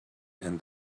and